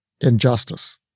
injustice